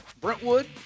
Brentwood